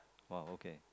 oh okay